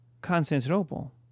Constantinople